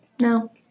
No